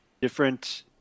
different